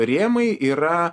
rėmai yra